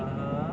(uh huh)